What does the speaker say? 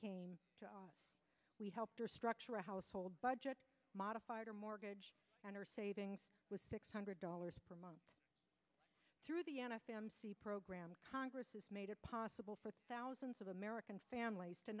came we helped her structure a household budget modified or mortgage on her savings with six hundred dollars per month through the n f l program congress has made it possible for thousands of american families to